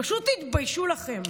פשוט תתביישו לכם.